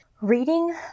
Reading